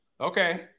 Okay